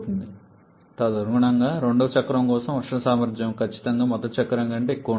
మరియు తదనుగుణంగా రెండవ చక్రం కోసం ఉష్ణ సామర్థ్యం ఖచ్చితంగా మొదటి చక్రం కంటే ఎక్కువగా ఉంటుంది